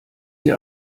sie